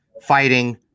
fighting